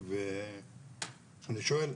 אני שואל,